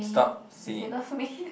stop singing